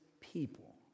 people